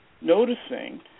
noticing